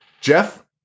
Jeff